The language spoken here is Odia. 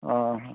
ଅ ହୋ